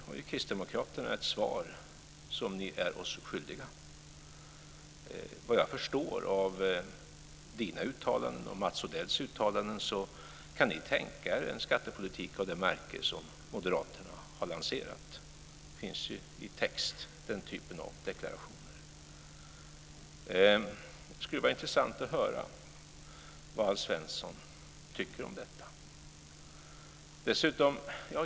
Där är kristdemokraterna oss svaret skyldiga. Vad jag förstår av Alf Svenssons och Mats Odells uttalanden kan ni tänka er en skattepolitik av det märke som moderaterna har lanserat. Den typen av deklarationer finns i text. Det skulle vara intressant att höra vad Alf Svensson tycker om detta.